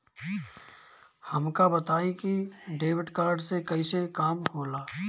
हमका बताई कि डेबिट कार्ड से कईसे काम होला?